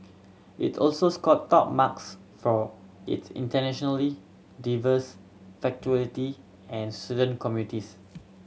it also scored top marks for its internationally diverse faculty and student communities